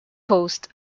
coast